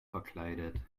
verkleidet